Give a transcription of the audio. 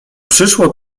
przyszło